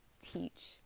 teach